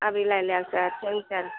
அப்படிலாம் இல்லையா சார் சரிங்க சார்